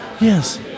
Yes